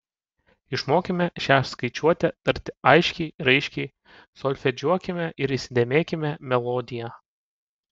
išmokime šią skaičiuotę tarti aiškiai raiškiai solfedžiuokime ir įsidėmėkime melodiją